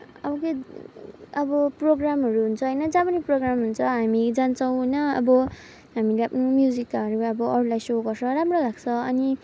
अब के अब प्रोग्रामहरू हुन्छ होइन जहाँ पनि प्रोग्राम हुन्छ हामी जान्छौँ होइन अब हामीले म्युजिकहरू अब अरूलाई सो गर्छौँ राम्रो लाग्छ अनि